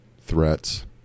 threats